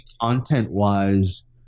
content-wise